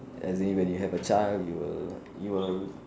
as in when you have a child you will you will